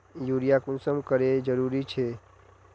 Urea कुंसम करे जरूरी छै?